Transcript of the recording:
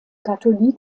katholiken